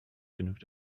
genügt